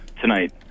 tonight